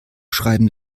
schreiben